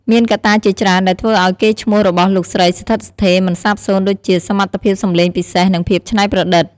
មានកត្តាជាច្រើនដែលធ្វើឱ្យកេរ្តិ៍ឈ្មោះរបស់លោកស្រីស្ថិតស្ថេរមិនសាបសូន្យ ដូចជា សមត្ថភាពសម្លេងពិសេស និងភាពច្នៃប្រឌិត។